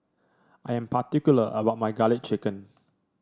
I am particular about my garlic chicken